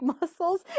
muscles